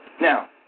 Now